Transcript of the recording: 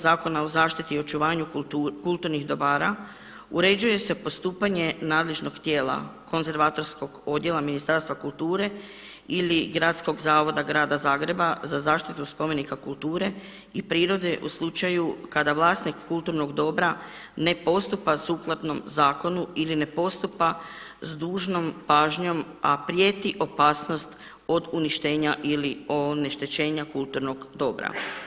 Zakona o zaštiti i očuvanju kulturnih dobara uređuje se postupanje nadležnog tijela konzervatorskog odjela Ministarstva kulture ili Gradskog zavoda grada Zagreba za zaštitu spomenika kulture i prirode u slučaju kada vlasnik kulturnog dobra ne postupa sukladno zakonu ili ne postupa s dužnom pažnjom, a prijeti opasnost od uništenja ili oneštećenja kulturnog dobra.